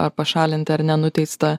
ar pašalinti ar ne nuteistą